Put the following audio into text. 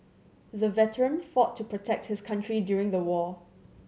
the veteran fought to protect his country during the war